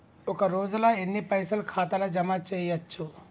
ఒక రోజుల ఎన్ని పైసల్ ఖాతా ల జమ చేయచ్చు?